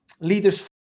leaders